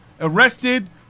arrested